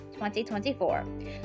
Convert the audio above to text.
2024